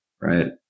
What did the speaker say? right